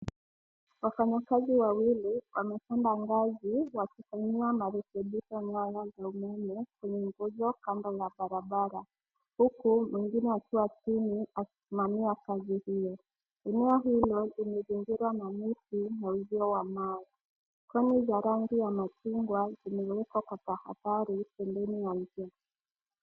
Wafanyi kazi wawili wamepanda ngazi wakifanya marekebisho ya waya umeme kwenye mvujo kando na barabara. Huku mwingine akiwa chini akisimamia kazi hiyo. Eneo hilo limezingirwa na miti na uzio wa mawe koni za rangi ya machungwa zimewekwa kwa takadhari mbeleni ya njia.